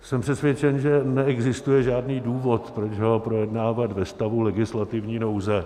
Jsem přesvědčen, že neexistuje žádný důvod, proč ho projednávat ve stavu legislativní nouze.